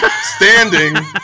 standing